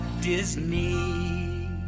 Disney